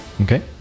Okay